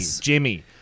Jimmy